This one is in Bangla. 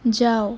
যাও